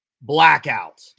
blackout